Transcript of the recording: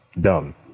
dumb